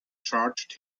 charged